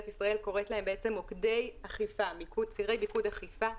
ישראל קוראת להם "צירי מיקוד אכיפה".